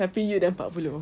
tapi you dah empat puluh